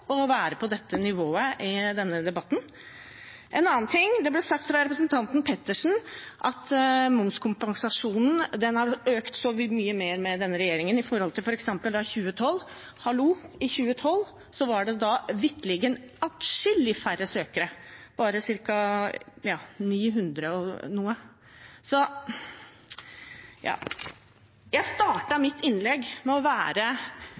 være på dette nivået i denne debatten. En annen ting: Det ble sagt av representanten Pettersen at momskompensasjonen har økt så mye mer under denne regjeringen i forhold til f.eks. i 2012. I 2012 var det da vitterlig atskillig færre søkere, bare ca. 900. Jeg startet mitt innlegg med å være